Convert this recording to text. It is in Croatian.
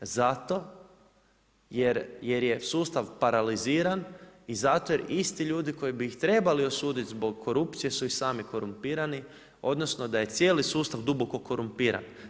Zato jer je sustav paraliziran i zato jer isti ljudi koji bi ih trebali osuditi zbog korupcije su i sami korumpirani, odnosno, da je cijeli sustav duboko korumpiran.